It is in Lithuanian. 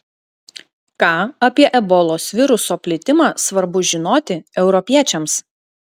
ką apie ebolos viruso plitimą svarbu žinoti europiečiams